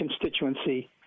constituency